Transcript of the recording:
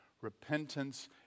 Repentance